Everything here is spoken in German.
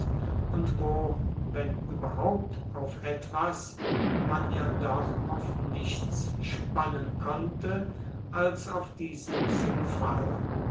und wo wenn überhaupt auf etwas man ja doch auf nichts spannen konnte als auf diesen zufall